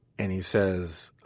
and he says